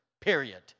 Period